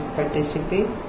participate